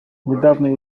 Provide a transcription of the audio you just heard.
недавние